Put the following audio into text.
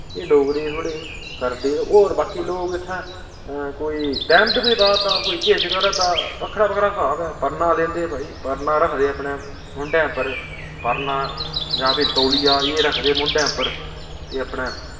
एह् डोगरी थोह्ड़ी करदे ते होर बाकी लोग इत्थै कोई तैह्मत बी पा दा कोई किश करा दा बक्खरा बक्खरा स्हाब ऐ परना लैंदे भाई परना रखदे अपने मूंढे उप्पर परना जां फिर तौलिया एह् रखदे मूंढै उप्पर ते अपने